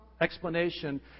explanation